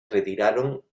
retiraron